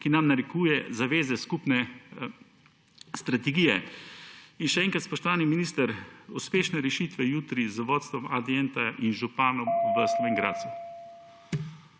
kar nam narekujejo zaveze skupne strategije. In še enkrat, spoštovani minister, uspešne rešitve jutri z vodstvom Adienta in županom v Slovenj Gradcu.